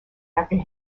after